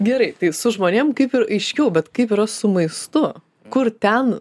gerai tai su žmonėm kaip ir aiškiau bet kaip yra su maistu kur ten